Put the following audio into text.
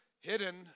hidden